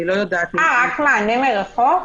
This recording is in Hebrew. רק מענה מרחוק?